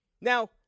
Now